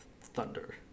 thunder